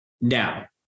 Now